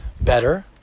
Better